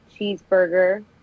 Cheeseburger